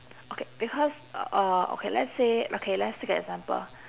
okay because uh okay let's say okay let's take an example